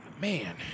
Man